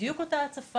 בדיוק אותה ההצפה.